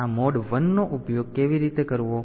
હવે આગળ આ મોડ 1 નો ઉપયોગ કેવી રીતે કરવો